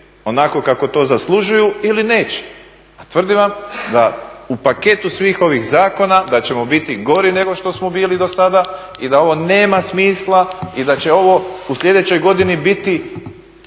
onako kako to zaslužuju ili neće. A tvrdim vam da u paketu svih ovih zakona da ćemo biti gori nego što smo bili dosada i da ovo nema smisla i da će ovo u sljedećoj godini biti